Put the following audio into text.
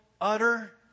utter